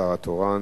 השר התורן,